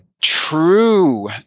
true